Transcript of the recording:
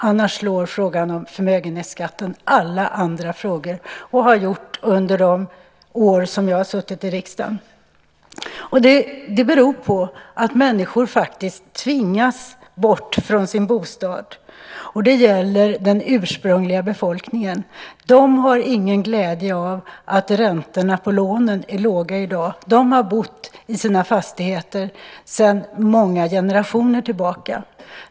Annars slår frågan om förmögenhetsskatten alla andra frågor och har gjort det under de år som jag har suttit i riksdagen. Det beror på att människor faktiskt tvingas bort från sina bostäder. Det gäller den ursprungliga befolkningen. De har ingen glädje av att räntorna på lånen är låga i dag. De har bott i sina fastigheter sedan många generationer tillbaka.